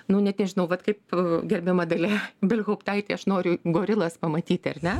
nu net nežinau vat kaip gerbiama dalia ibelhauptaitė aš noriu gorilas pamatyti ar ne